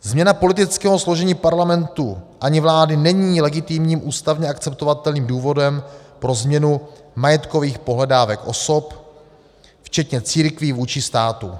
Změna politického složení Parlamentu ani vlády není legitimním ústavně akceptovatelným důvodem pro změnu majetkových pohledávek osob, včetně církví vůči státu.